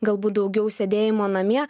galbūt daugiau sėdėjimo namie